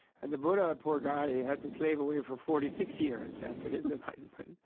and the buddha, poor guy, he had to slave away for forty six years after his enlightenment. and